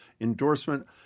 endorsement